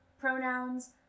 pronouns